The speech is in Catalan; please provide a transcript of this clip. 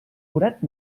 forat